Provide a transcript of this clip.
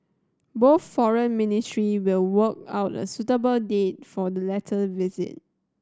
both Foreign Ministry will work out a suitable date for the latter visit